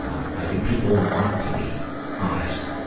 i think people want to be honest.